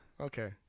Okay